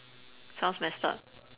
sounds messed up